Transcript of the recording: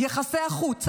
יחסי החוץ,